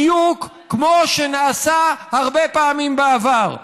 בדיוק כמו שנעשה הרבה פעמים בעבר.